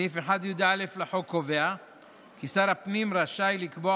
סעיף 1יא לחוק קובע כי שר הפנים רשאי לקבוע